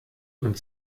und